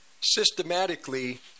systematically